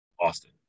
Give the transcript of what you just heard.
Austin